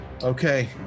okay